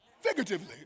figuratively